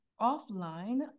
offline